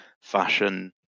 fashion